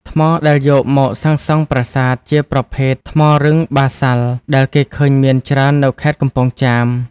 ថ្មដែលយកមកសាងសង់ប្រាសាទជាប្រភេទ ថ្មរឹងបាសាល់ ដែលគេឃើញមានច្រើននៅខេត្តកំពង់ចាម។